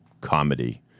comedy